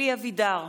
(קוראת בשמות חברי הכנסת) אלי אבידר,